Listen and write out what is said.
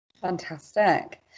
Fantastic